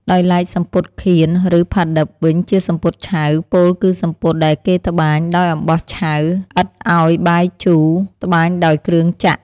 ដោយឡែកសំពត់ «ខៀន» ឬ «ផាឌិប» វិញជាសំពត់ឆៅ ពោលគឺសំពត់ដែលគេត្បាញដោយអំបោះឆៅ ឥតឱ្យបាយជូរ (ត្បាញដោយគ្រឿងចក្រ) ។